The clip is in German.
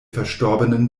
verstorbenen